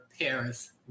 Paris